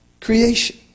creation